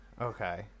Okay